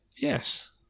Yes